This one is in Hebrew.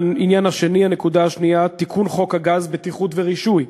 הנקודה השנייה, תיקון חוק הגז (בטיחות ורישוי)